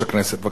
בבקשה, אדוני.